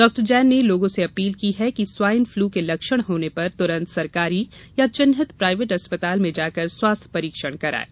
डॉ जैन ने लोगों से अपील की है कि स्वाइन फ्लू के लक्षण होने पर तुरंत सरकारी या चिन्हित प्राइवेट अस्पताल में जाकर स्वास्थ्य परीक्षण करायें